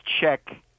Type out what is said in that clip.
check